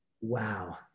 Wow